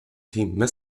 timme